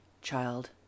child